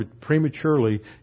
prematurely